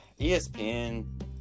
ESPN